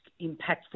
impactful